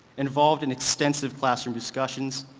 involved in extensive classroom discussions,